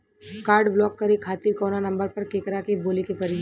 Card block करे खातिर कवना नंबर पर केकरा के बोले के परी?